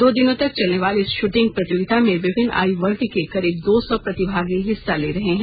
दो दिनों तक चलने वाले इस शूटिंग प्रतियोगिता मे विभिन्न आयुवर्ग के करीब दो सौ प्रतिभागी हिस्सा ले रहे हैं